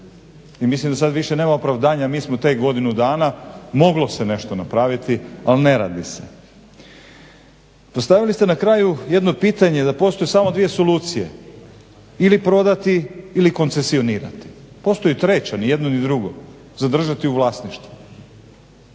i mislim da sad više nema opravdanja mi smo tek godinu dana, moglo se nešto napraviti ali ne radi se. Postavili ste na kraju jedno pitanje, da postoje samo dvije solucije ili prodati ili koncesionirati. Postoji i treća, ni jedno ni drugo, zadržati u vlasništvu.